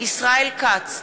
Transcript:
ישראל כץ,